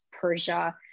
Persia